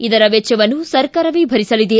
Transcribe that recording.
ಇದರ ವೆಚ್ಚವನ್ನು ಸರ್ಕಾರವೇ ಭರಿಸಲಿದೆ